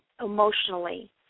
emotionally